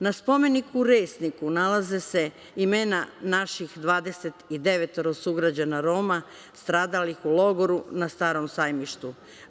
Na spomeniku u Resniku nalaze se imena naših 29 sugrađana Roma stradalih u logoru na „Starom Sajmištu“